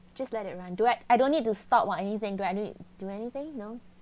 just let it run do I I don't need to stop or anything do I need do anything no